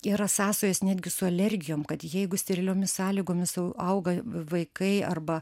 yra sąsajos netgi su alergijom kad jeigu steriliomis sąlygomis auga vaikai arba